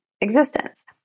existence